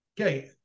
Okay